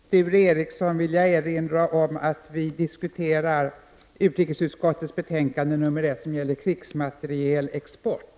Innan jag lämnar ordet till Sture Ericson vill jag erinra om att vi diskuterar utrikesutskottets betänkande nummer 1, som gäller krigsmaterielexport.